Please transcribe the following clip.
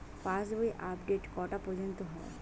পাশ বই আপডেট কটা পর্যন্ত হয়?